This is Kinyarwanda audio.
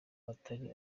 atari